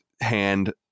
hand